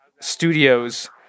Studios